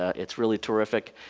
ah it's really terrific.